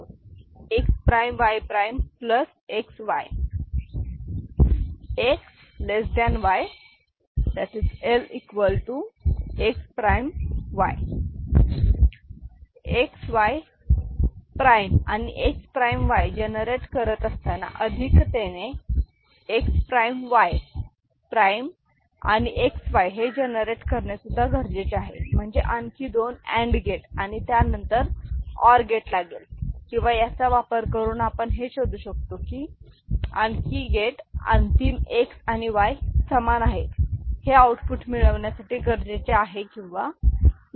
Y X Y prime XY आणि X prime Y XY generate करत असताना अधिकतेने X prime Y prime XY आणि X Y हे जनरेट करणे सुद्धा गरजेचे आहे म्हणजेच आणखी दोन अँड गेट आणि त्यानंतर और गेट लागेल किंवा याचा वापर करून आपण हे शोधू शकतो की आणखी गेट अंतिम X आणि Y समान आहेत हे आऊटपुट मिळविण्यासाठी गरजेचे आहे किंवा नाही